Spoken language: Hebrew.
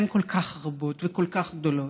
והם כל כך רבים וכל כך גדולים,